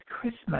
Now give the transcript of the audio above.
Christmas